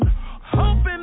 hoping